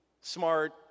smart